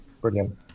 brilliant